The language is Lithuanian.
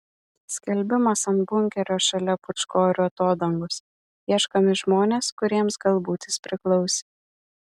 skelbimas ant bunkerio šalia pūčkorių atodangos ieškomi žmonės kuriems galbūt jis priklausė